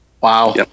Wow